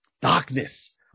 Darkness